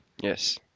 Yes